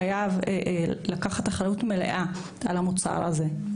חייבים לקחת אחריות מלאה על המוצר הזה.